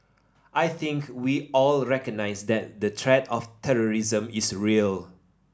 I think we all recognise that the threat of terrorism is real